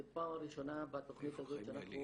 זו פעם ראשונה בתוכנית הזאת שאנחנו